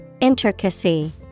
Intricacy